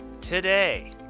today